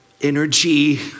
energy